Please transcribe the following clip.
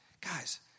Guys